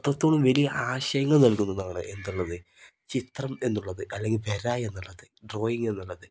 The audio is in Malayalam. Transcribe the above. അത്രത്തോളം വലിയ ആശയങ്ങൾ നൽകുന്നതാണ് എന്തുള്ളത് ചിത്രം എന്നുള്ളത് അല്ലെങ്കിൽ വര എന്നുള്ളത് ഡ്രോയിങ് എന്നുള്ളത്